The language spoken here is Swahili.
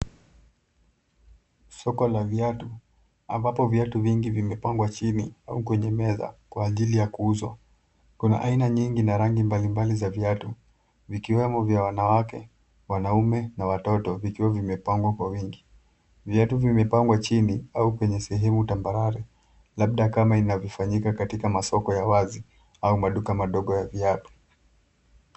Soko la viatu ambapo viatu vingi vimepangwa chini au kwenye meza kwa ajili ya kuuzwa. Kuna aina nyingi na rangi mbalimbali za viatu vikiwemo vya wanawake, wanaume na watoto vikiwa vimepangwa kwa wingi. Viatu vimepangwa chini au kwenye sehemu tambarare labda kama inavyofanyika katika masoko ya wazi au maduka madogo ya viatu.